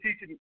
teaching